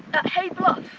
at hay bluff,